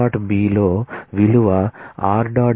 B లో విలువ r